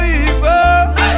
evil